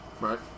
Right